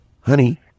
honey